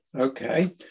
Okay